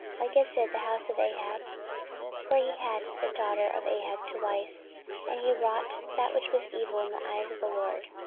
like as did the house of ahab for he had the daughter of ahab to wife and he wrought that which was evil in the eyes of the lord.